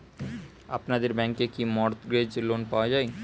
আপনাদের ব্যাংকে কি মর্টগেজ লোন পাওয়া যায়?